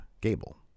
Gable